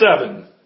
seven